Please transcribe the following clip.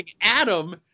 adam